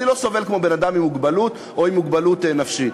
אני לא סובל כמו אדם עם מוגבלות פיזית או עם מוגבלות נפשית.